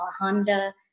Honda